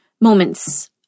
Moments